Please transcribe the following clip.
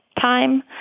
time